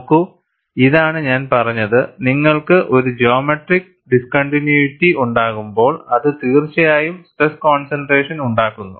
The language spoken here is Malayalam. നോക്കൂ ഇതാണ് ഞാൻ പറഞ്ഞത് നിങ്ങൾക്ക് ഒരു ജിയോമെട്രിക് ഡിസ്കൺണ്ടിന്യുവിറ്റി ഉണ്ടാകുമ്പോൾ അത് തീർച്ചയായും സ്ട്രെസ് കോൺസെൻട്രേഷൻ ഉണ്ടാക്കുന്നു